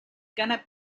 gonna